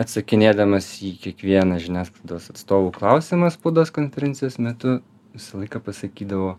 atsakinėdamas į kiekvieną žiniasklaidos atstovų klausimą spaudos konferencijos metu visą laiką pasakydavo